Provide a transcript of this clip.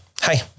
hi